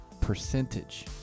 percentage